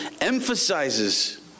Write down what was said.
emphasizes